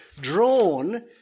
drawn